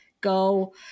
Go